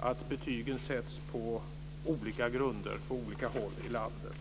att betygen sätts på olika grunder på olika håll i landet.